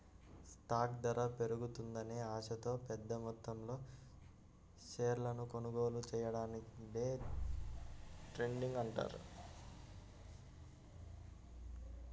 stock ధర పెరుగుతుందనే ఆశతో పెద్దమొత్తంలో షేర్లను కొనుగోలు చెయ్యడాన్ని డే ట్రేడింగ్ అంటారు